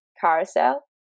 carousel